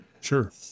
Sure